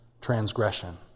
transgression